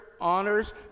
honors